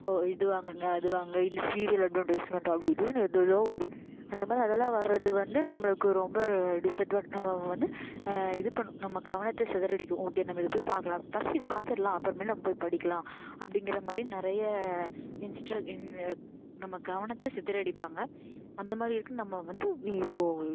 ஓ இது வாங்குங்க அது வாங்குங்க இது சீரியல் அட்வர்டைஸ்மெண்ட் அப்படி இப்படின்னு எது ஏதோ வரும் அந்த மாதிரி அதெல்லாம் வர்றது வந்து நம்மளுக்கு ரொம்ப டிஸ்அட்வான்ட் நம்ம வந்து இது பண்ணும் நம்ம கவனத்தை சிதறடிக்கும் ஓகே நம்ம இது போய் பார்க்குலாம் பஸ்ட்டு இது பார்த்துர்லாம் அப்புறமேட்டு நம்ம போய் படிக்கலாம் அப்படிங்கற மாதிரி நிறைய இன் ஸ்டில் இன் நம்ம கவனத்தை சிதறடிப்பாங்க அந்த மாதிரி இருக்குது நம்ம வந்து நீ போய்